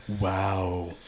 Wow